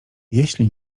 jeśli